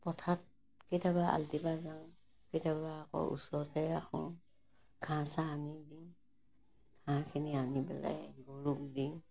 পথাৰত কেতিয়াবা এৰাল দিবা যাওঁ কেতিয়াবা আকৌ ওচৰতে ৰাখোঁ ঘাঁহ চাঁহ আনি দি ঘাঁহখিনি আনি পেলাই গৰুক দি